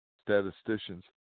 statisticians